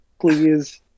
Please